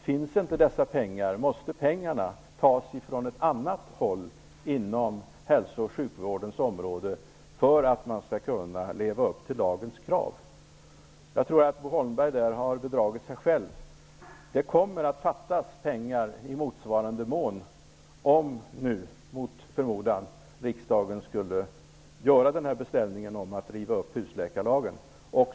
Om inte dessa pengar finns, måste pengar tas från något annat område inom hälso och sjukvården, för att man skall kunna leva upp till lagens krav. Jag tror att Bo Holmberg har bedragit sig själv. Det kommer att fattas pengar i motsvarande mån, om nu riksdagen mot förmodan skulle besluta att göra den här beställningen att riva upp husläkarlagen.